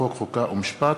חוק ומשפט.